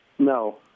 No